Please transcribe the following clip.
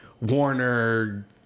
Warner